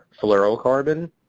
fluorocarbon